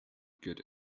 good